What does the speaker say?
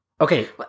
Okay